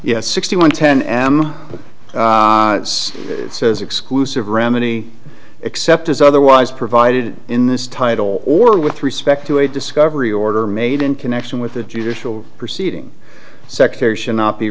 yes sixty one ten am says exclusive remedy except as otherwise provided in this title or with respect to a discovery order made in connection with the judicial proceeding secretary should not be